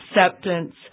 acceptance